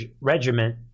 Regiment